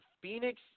Phoenix